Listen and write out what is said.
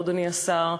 אדוני השר,